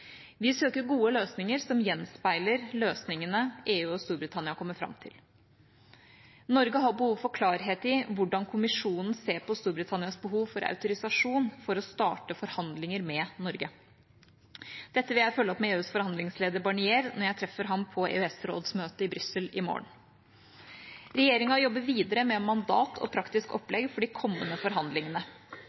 Vi søker gode løsninger som gjenspeiler løsningene EU og Storbritannia kommer fram til. Norge har behov for klarhet i hvordan kommisjonen ser på Storbritannias behov for autorisasjon for å starte forhandlinger med Norge. Dette vil jeg følge opp med EUs forhandlingsleder, Barnier, når jeg treffer ham på EØS-rådsmøtet i Brussel i morgen. Regjeringa jobber videre med mandat og praktisk opplegg for de kommende forhandlingene.